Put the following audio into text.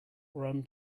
rum